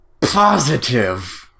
positive